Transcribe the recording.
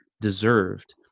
deserved